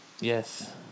Yes